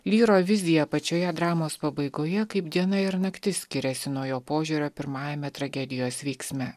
lyro vizija pačioje dramos pabaigoje kaip diena ir naktis skiriasi nuo jo požiūrio pirmajame tragedijos veiksme